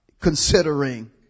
considering